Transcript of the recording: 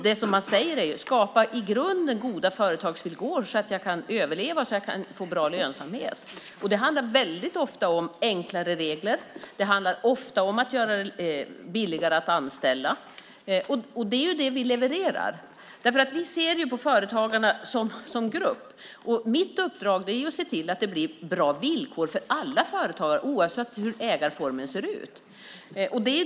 De vill att jag ska skapa i grunden goda företagsvillkor så att de kan överleva och få bra lönsamhet. Det handlar ofta om enklare regler och att göra det billigare att anställa. Vi levererar. Vi ser på företagarna som grupp. Mitt uppdrag är att se till att det blir bra villkor för alla företagare, oavsett hur ägarformen ser ut.